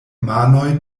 manoj